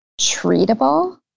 treatable